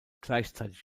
gleichzeitig